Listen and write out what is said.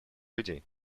людей